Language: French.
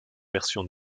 version